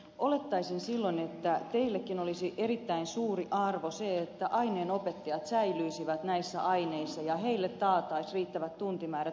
olettaisin silloin että teillekin olisi erittäin suuri arvo se että aineenopettajat säilyisivät näissä aineissa ja heille taattaisiin riittävät tuntimäärät